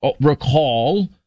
recall